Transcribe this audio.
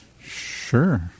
Sure